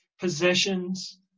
possessions